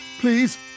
Please